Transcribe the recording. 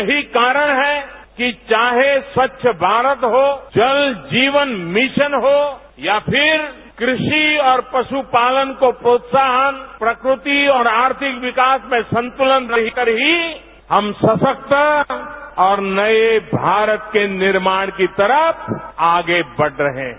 यही कारण है कि चाहे स्वच्छ भारत हो जल जीवन मेरान हो या फिर कृषि और पशुपालन को प्रोत्साहन प्रक्रति और आर्थिक विकास में संतलन रहकर ही हम सशक्त और नये भारत के निर्माण की तरफ आगे बढ़ रहे हैं